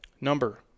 Number